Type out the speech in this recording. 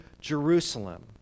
Jerusalem